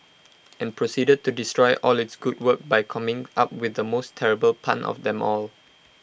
and proceeded to destroy all its good work by coming up with the most terrible pun of them all